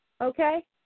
Okay